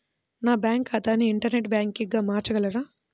నా బ్యాంక్ ఖాతాని ఇంటర్నెట్ బ్యాంకింగ్గా మార్చగలరా?